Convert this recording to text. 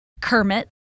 Kermit